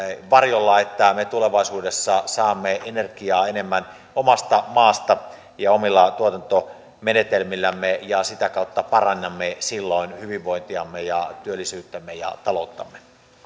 varjolla että me tulevaisuudessa saamme energiaa enemmän omasta maasta ja omilla tuotantomenetelmillämme ja sitä kautta parannamme silloin hyvinvointiamme työllisyyttämme ja talouttamme